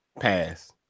Pass